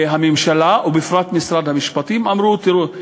הממשלה ובפרט משרד המשפטים אמרו: תראה,